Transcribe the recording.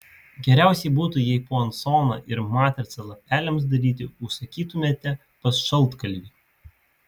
geriausiai būtų jei puansoną ir matricą lapeliams daryti užsakytumėte pas šaltkalvį